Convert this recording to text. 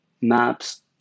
maps